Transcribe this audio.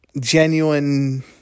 genuine